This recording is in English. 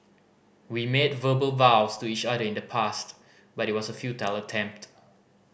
we made verbal vows to each other in the past but it was a futile attempt